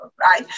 right